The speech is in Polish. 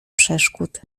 przeszkód